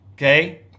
Okay